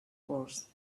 course